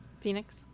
Phoenix